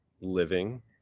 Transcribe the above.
living